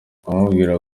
amubwira